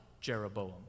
Jeroboam